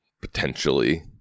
Potentially